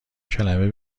کلمه